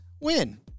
win